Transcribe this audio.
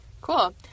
cool